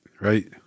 Right